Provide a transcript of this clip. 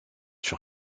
sur